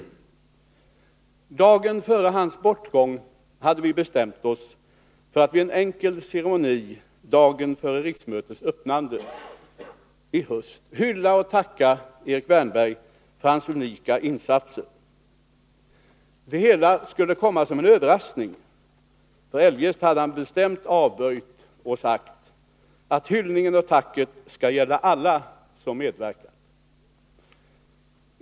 Dagen före hans bortgång hade vi bestämt oss för att vid en enkel ceremoni dagen före riksmötets öppnande i höst hylla och tacka honom för hans unika insatser. Det hela skulle komma som en överraskning, för eljest hade han bestämt avböjt och sagt att hyllningen och tacket skall gälla alla som medverkat.